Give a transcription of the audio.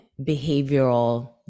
behavioral